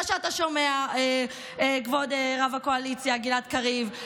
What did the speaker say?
מה שאתה שומע, כבוד רב הקואליציה גלעד קריב.